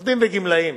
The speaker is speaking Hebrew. עובדים וגמלאים.